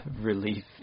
relief